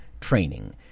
training